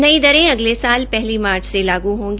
नई दरे अगले साल पहली मार्च से लागू होगी